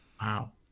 wow